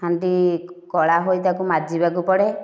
ହାଣ୍ଡି କଳା ହୁଏ ତାକୁ ମାଜିବାକୁ ପଡ଼େ